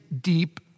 deep